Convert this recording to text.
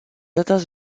états